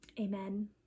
Amen